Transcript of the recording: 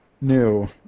New